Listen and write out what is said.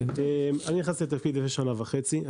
אני נכנסתי לתפקיד לפני שנה וחצי.